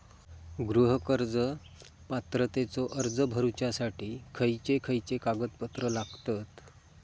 गृह कर्ज पात्रतेचो अर्ज भरुच्यासाठी खयचे खयचे कागदपत्र लागतत?